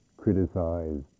Criticize